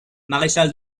maréchal